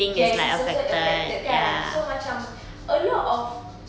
yes it's also affected kan so macam a lot of